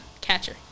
catcher